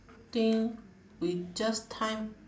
think we just time